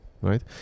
right